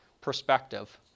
perspective